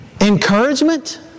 encouragement